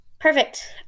perfect